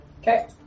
Okay